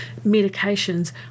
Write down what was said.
medications